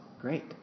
great